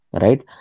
Right